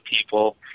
people